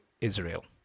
Israel